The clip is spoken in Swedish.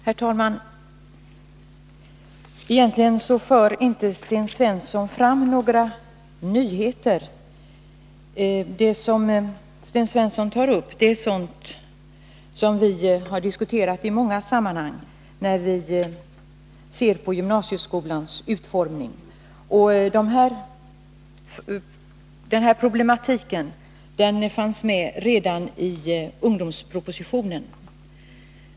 Herr talman! Egentligen för inte Sten Svensson fram några nyheter. Det som Sten Svensson tar upp är sådant som vi har diskuterat i många sammanhang när vi har sett på gymnasieskolans utformning. Och den här problematiken fanns med redan i ungdomspropositonen.